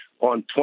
on